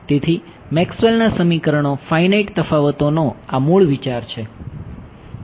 તેથી મેક્સવેલના સમીકરણો ફાઇનાઇટ તફાવતોનો આ મૂળ વિચાર છે